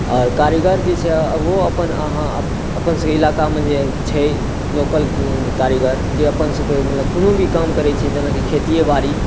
आओर कारीगर जे छै ओहो अपन अपन सभके इलाकामे जे छै लोकल कारीगर जे अपन सभके मतलब कोनो भी काज करै छै जेनाकि खेतिए बाड़ी